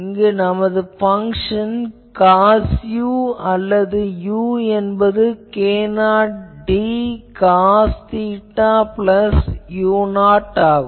இங்கு நமது function cos அல்லது u என்பது k0d cos θ u0 ஆகும்